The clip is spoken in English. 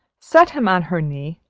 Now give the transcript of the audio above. set him on her knee,